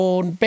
on